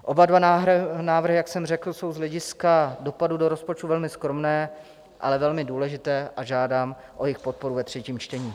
Oba dva návrhy, jak jsem řekl, jsou z hlediska dopadu do rozpočtu velmi skromné, ale velmi důležité, a žádám o jejich podporu ve třetím čtení.